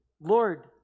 Lord